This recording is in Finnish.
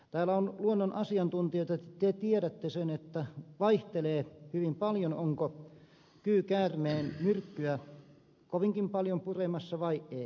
täällä on luonnon asiantuntijoita te tiedätte sen että se vaihtelee hyvin paljon onko kyykäärmeen myrkkyä kovinkin paljon puremassa vai ei